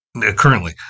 currently